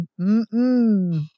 Mmm